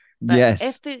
Yes